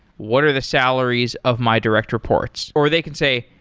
what are the salaries of my direct reports? or they can say,